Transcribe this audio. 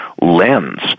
lens